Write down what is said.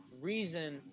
reason